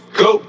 go